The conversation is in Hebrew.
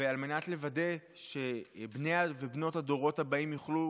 על מנת לוודא שבני ובנות הדורות הבאים יוכלו